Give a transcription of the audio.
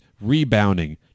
rebounding